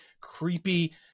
creepy